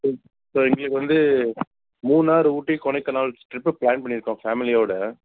so so எங்களுக்கு வந்து Munnar Ooty Kodaikanal trip plan பண்ணியிருக்கோம் ஃபேமிலியோட